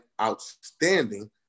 outstanding